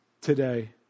today